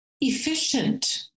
efficient